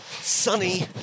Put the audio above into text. sunny